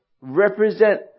represent